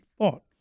thought